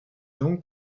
donc